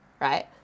right